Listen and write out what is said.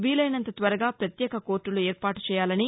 వీలైనంత త్వరగా ప్రత్యేక కోర్లులు ఏర్పాటు చేయాలని